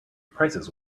prices